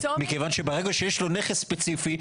מכיוון שברגע שיש לו נכס ספציפי,